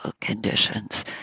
conditions